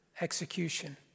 execution